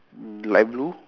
mm light blue